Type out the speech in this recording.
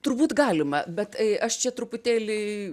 turbūt galima bet aš čia truputėlį